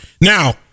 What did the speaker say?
Now